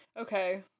Okay